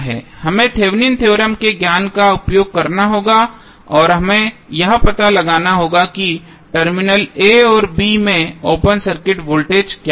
हमें Thevenin theorem Thevenins theorem के ज्ञान का उपयोग करना होगा और हमें यह पता लगाना होगा कि टर्मिनल a और b में ओपन सर्किटेड वोल्टेज क्या होंगे